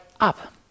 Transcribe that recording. up